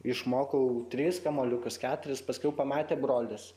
išmokau tris kamuoliukus keturis paskiau pamatė brolis